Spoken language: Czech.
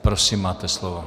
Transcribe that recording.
Prosím, máte slovo.